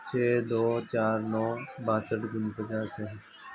छः दो चार नौ बासठ दूनी पचास है